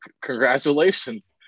congratulations